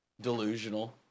delusional